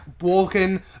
walking